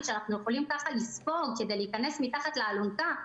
שאנחנו יכולים לספוג כדי להיכנס מתחת לאלונקה,